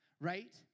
Right